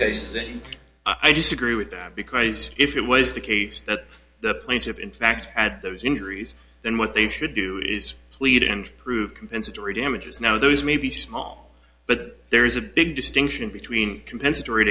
case and i disagree with that because if it was the case that the plaintiff in fact had those injuries then what they should do is plead and prove compensatory damages now those may be small but there is a big distinction between compensatory